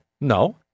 no